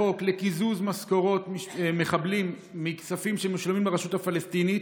חוק לקיזוז משכורות מחבלים מכספים שמשלמים ברשות הפלסטינית,